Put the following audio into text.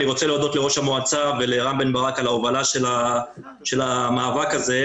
אני רוצה להודות לראש המועצה ולרם בן ברק על ההובלה של המאבק הזה,